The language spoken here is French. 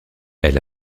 elle